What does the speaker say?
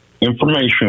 information